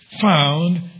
found